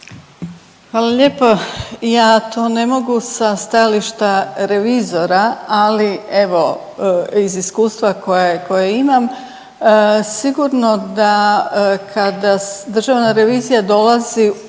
Hvala lijepo. Ja to ne mogu sa stajališta revizora, ali evo iz iskustva koje imam sigurno da kada Državna revizija dolazi učestalo,